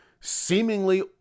seemingly